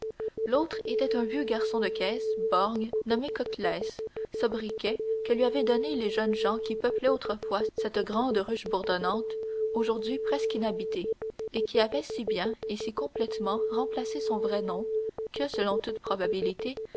l'autre était un vieux garçon de caisse borgne nommé coclès sobriquet que lui avaient donné les jeunes gens qui peuplaient autrefois cette grande ruche bourdonnante aujourd'hui presque inhabitée et qui avait si bien et si complètement remplacé son vrai nom que selon toute probabilité